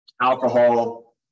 Alcohol